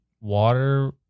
water